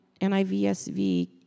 NIVSV